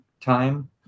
time